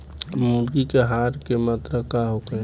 मुर्गी के आहार के मात्रा का होखे?